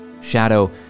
Shadow